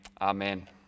Amen